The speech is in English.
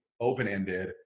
open-ended